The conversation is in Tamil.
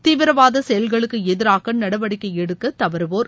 தீவிரவாத செயல்களுக்கு எதிராக நடவடிக்கை எடுக்க தவறவோர்